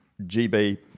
GB